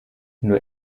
nur